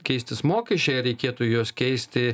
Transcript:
keistis mokesčiai ar reikėtų juos keisti